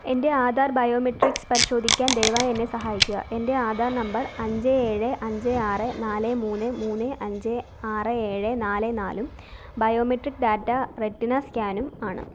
എൻ്റെ ആധാർ ബയോമെട്രിക്സ് പരിശോധിക്കാൻ ദയവായി എന്നെ സഹായിക്കുക എൻ്റെ ആധാർ നമ്പർ അഞ്ച് ഏഴ് അഞ്ച് ആറ് നാല് മൂന്ന് മൂന്ന് അഞ്ച് ആറ് ഏഴ് നാല് നാലും ബയോമെട്രിക് ഡാറ്റ റെറ്റിന സ്കാനും ആണ്